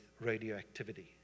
radioactivity